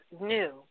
new